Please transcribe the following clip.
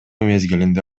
мезгилинде